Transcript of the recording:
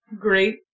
great